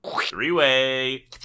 Three-way